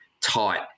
tight